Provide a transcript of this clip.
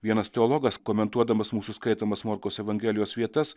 vienas teologas komentuodamas mūsų skaitomas morkaus evangelijos vietas